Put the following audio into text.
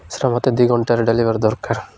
ସେ ମୋତେ ଦୁଇ ଘଣ୍ଟାରେ ଡେଲିଭର ଦରକାର